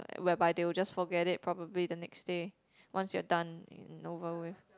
like whereby they will just forget it probably the next day once you're done and over with